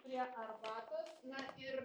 prie arbatos na ir